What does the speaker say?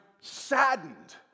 saddened